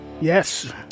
Yes